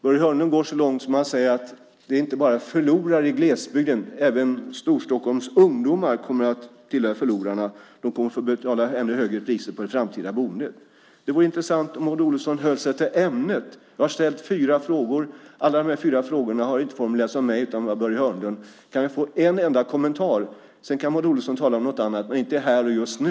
Börje Hörnlund går så långt att han säger att det inte är förlorare bara i glesbygden. Även Storstockholms ungdomar kommer att tillhöra förlorarna då de får betala ännu högre priser för det framtida boendet. Det vore intressant om Maud Olofsson höll sig till ämnet. Jag har ställt fyra frågor. Alla de fyra frågorna har inte formulerats av mig utan av Börje Hörnlund. Kan vi få en enda kommentar? Sedan kan Maud Olofsson tala om något annat, men inte här och just nu.